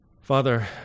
Father